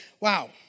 wow